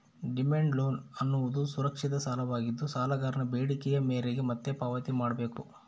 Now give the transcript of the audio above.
demand loan ಅನ್ನೋದುದು ಸುರಕ್ಷಿತ ಸಾಲವಾಗಿದ್ದು, ಸಾಲಗಾರನ ಬೇಡಿಕೆಯ ಮೇರೆಗೆ ಮತ್ತೆ ಪಾವತಿ ಮಾಡ್ಬೇಕು